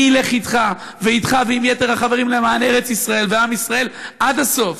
אני אלך אתך ועם יתר החברים למען ארץ-ישראל ועם ישראל עד הסוף,